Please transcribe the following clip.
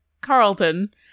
Carlton